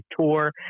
Tour